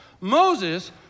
Moses